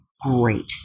Great